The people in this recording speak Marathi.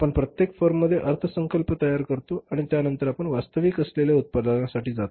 आपण प्रत्येक फर्ममध्ये अर्थसंकल्प तयार करतो आणि त्यानंतर आपण वास्तविक असलेल्या उत्पादनासाठी जातो